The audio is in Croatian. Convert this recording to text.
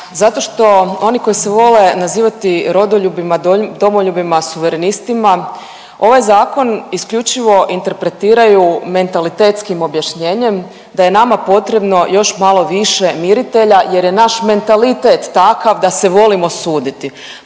zato što oni koji se vole nazivati rodoljubima, domoljubima, suverenistima ovaj zakon isključivo interpretiraju mentalitetskim objašnjenjem da je nama potrebno još malo više miritelja jer je naš mentalitet takav da se volimo suditi.